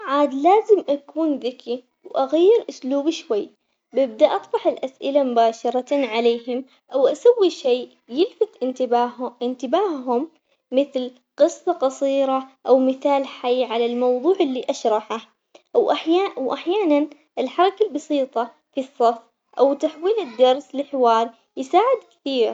عاد لازم أكون ذكي وأغير أسلوبي شوي، ببدا أطرح الأسئلة مباشرة عليهم أو أسوي شي يلفت انتباه انتباههم مثل قصة قصيرة أو مثال حي على الموضوع اللي أشرحه، أو أحي- وأحياناً الحركة البسيطة في الصق أو تحويل الدرس لحوار يساعد كثير.